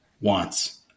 wants